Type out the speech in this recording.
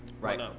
Right